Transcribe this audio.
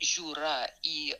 žiūra į